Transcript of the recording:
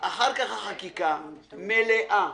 אחר כך החקיקה מלאה,